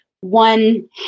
one